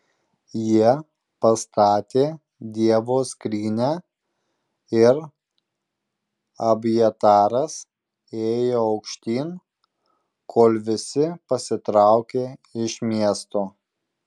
jie pastatė dievo skrynią ir abjataras ėjo aukštyn kol visi pasitraukė iš miesto